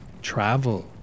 travel